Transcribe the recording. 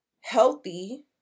healthy